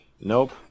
nope